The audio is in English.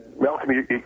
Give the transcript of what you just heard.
Malcolm